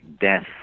death